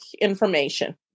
information